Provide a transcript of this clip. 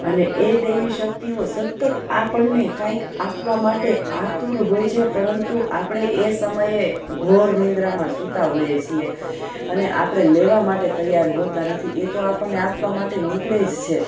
અને એ દેવી શક્તિઓ સતત આપણને કાંઈક આપવા માટે આતુર હોય છે પરંતુ આપણે એ સમયે ઘોર નિદ્રામાં સૂતા હોઈએ છીએ અને આપણે લેવા માટે તૈયાર હોતા નથી એ તો આપણને આપવા માટે નીકળે જ છે